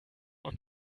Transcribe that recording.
und